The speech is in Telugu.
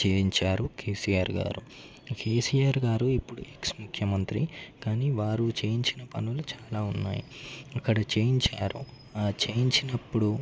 చేయించారు కేసీఆర్ గారు కేసీఆర్ గారు ఇప్పుడు ఎక్స్ ముఖ్యమంత్రి కానీ వారు చేయించిన పనులు చాలా ఉన్నాయి ఇక్కడ చేయించారు ఆ చేయించినప్పుడు